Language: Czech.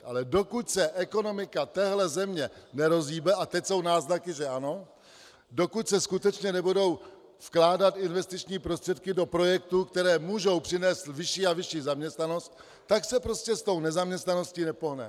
Ale dokud se ekonomika téhle země nerozhýbe, a teď jsou náznaky, že ano, dokud se skutečně nebudou vkládat investiční prostředky do projektů, které můžou přinést vyšší a vyšší zaměstnanost, tak se prostě s tou nezaměstnaností nepohneme.